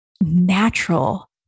Natural